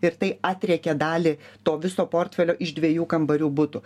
ir tai atriekia dalį to viso portfelio iš dviejų kambarių butų